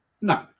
No